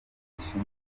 zishinzwe